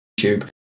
YouTube